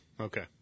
Okay